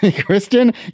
Kristen